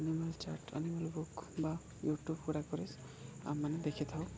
animal chart animal book ବା YouTube ଗୁଡ଼ାକରେ ଆମ ମାନେ ଦେଖିଥାଉ